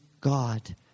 God